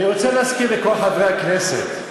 אני רוצה להזכיר לכל חברי הכנסת,